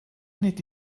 net